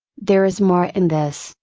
there is more in this,